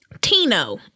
Tino